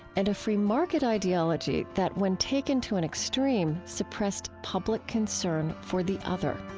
and a free market ideology that, when taken to an extreme, suppressed public concern for the other